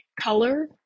color